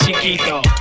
chiquito